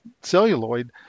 celluloid